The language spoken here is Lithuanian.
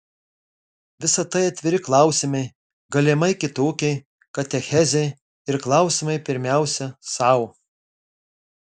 visa tai atviri klausimai galimai kitokiai katechezei ir klausimai pirmiausia sau